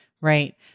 right